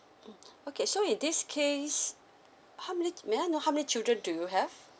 mmhmm okay so in this case how many may I know how many children do you have